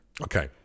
Okay